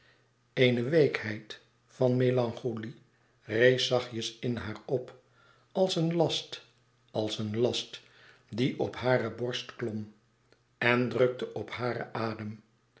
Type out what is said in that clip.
eene weekheid van melancholie rees zachtjes in haar op als een last als een last die op haar borst klom en drukte op haren adem